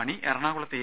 മണി എറണാകുളത്ത് എ